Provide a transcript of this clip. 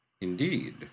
Indeed